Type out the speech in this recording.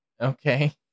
okay